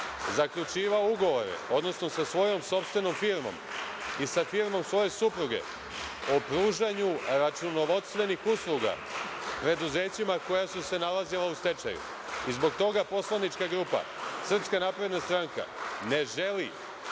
zaključivao ugovore, odnosno sa svojom sopstvenom firmom i sa firmom svoje supruge, o pružanju računovodstvenih usluga preduzećima koja su se nalazila u stečaju. Zbog toga poslanička grupa SNS, ne želi